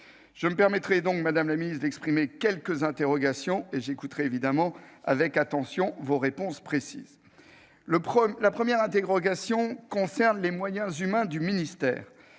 Je me permettrai donc, madame la ministre, d'exprimer quelques interrogations, et j'écouterai évidemment avec attention vos réponses précises. La première interrogation concerne les moyens humains du ministère.